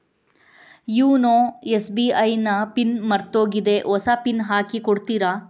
YONO SBI ನ PIN ಮರ್ತೋಗಿದೆ ಹೊಸ ಪಿನ್ ಹಾಕಿ ಕೊಡ್ತೀರಾ?